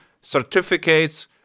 certificates